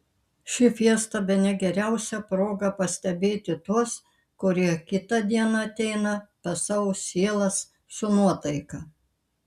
ši fiesta bene geriausia proga pastebėti tuos kurie kitą dieną ateina pas savo sielas su nuotaika